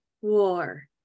war